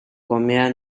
comida